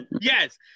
yes